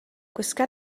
gwisga